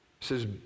says